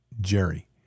Jerry